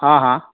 हां हां